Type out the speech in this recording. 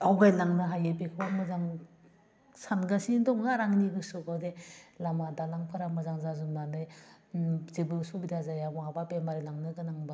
आवगायलांनो हायो बेखौ आं मोजां सानगासिनो दङ आरो आंनि गोसोआवबो बे लामा दालांफोरा मोजां जाजोबनानै जेबो उसुबिदा जाया बहाबा बेमारि लांनो गोनांबा